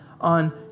on